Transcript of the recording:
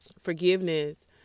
forgiveness